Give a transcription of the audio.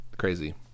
Crazy